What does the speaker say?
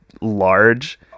large